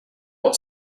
what